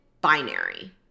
binary